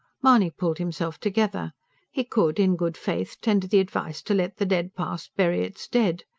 mahony pulled himself together he could, in good faith, tender the advice to let the dead past bury its dead.